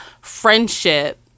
friendship